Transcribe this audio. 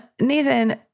Nathan